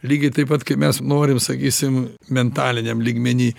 lygiai taip pat kaip mes norim sakysim mentaliniam lygmeny